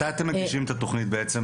מתי אתם מגישים את התוכנית בעצם?